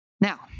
Now